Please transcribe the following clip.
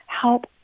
help